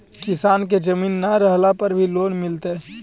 किसान के जमीन न रहला पर भी लोन मिलतइ?